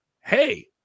hey